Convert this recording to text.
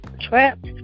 Trapped